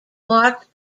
marked